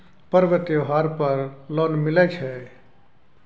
पर्व त्योहार पर लोन मिले छै?